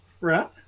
Right